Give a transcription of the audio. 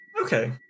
Okay